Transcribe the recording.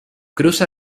cruza